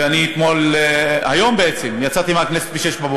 ואני אתמול, היום בעצם, יצאתי מהכנסת ב-06:00,